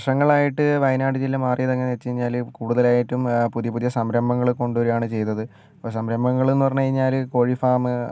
വർഷങ്ങളായിട്ട് വയനാട് ജില്ല മാറിയത് എങ്ങനെ എന്ന് വെച്ചുകഴിഞ്ഞാൽ കൂടുതലായിട്ടും പുതിയ പുതിയ സംരഭങ്ങൾ കൊണ്ടുവരികയാണ് ചെയ്തത് ഇപ്പോൾ സംരഭങ്ങൾ എന്ന് പറഞ്ഞുകഴിഞ്ഞാൽ കോഴി ഫാം